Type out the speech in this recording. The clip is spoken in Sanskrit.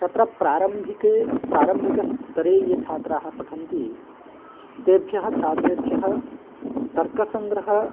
तत्र प्रारम्भिके प्रारम्भिकस्तरे ये छात्राः पठन्ति तेभ्यः छात्रेभ्यः तर्कसङ्ग्रहः